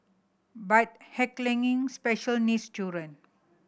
but heckling special needs children